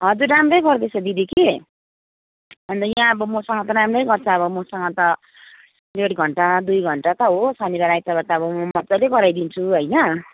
हजुर राम्रै गर्दैछ दिदी कि अन्त यहाँ अब मसँग त राम्रै गर्छ अब मसँग त डेढ घन्टा दुई घन्टा त हो शनिबार आइतबार त अब म मजाले गराइदिन्छु होइन